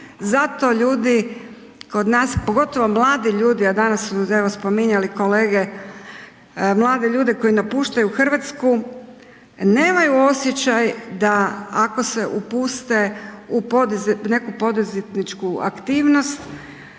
zato ljudi kod nas, pogotovo mladi ljudi, a danas su spominjali kolege mladi ljudi koji napuštaju Hrvatsku nemaju osjećaj da ako se upuste u neku poduzetničku aktivnost